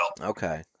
okay